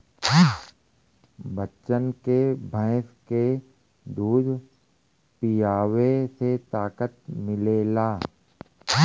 बच्चन के भैंस के दूध पीआवे से ताकत मिलेला